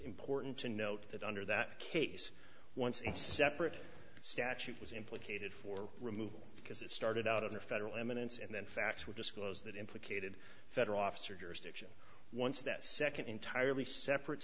important to note that under that case once in separate statute was implicated for removal because it started out of the federal eminence and then facts were disclosed that implicated federal officer jurisdiction once that second entirely separate